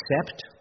accept